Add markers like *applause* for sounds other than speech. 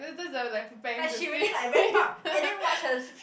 that's that's the like preparing to sleep *laughs*